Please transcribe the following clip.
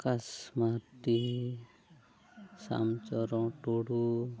ᱟᱠᱟᱥ ᱢᱟᱨᱰᱤ ᱥᱟᱢᱪᱚᱨᱚᱱ ᱴᱩᱰᱩ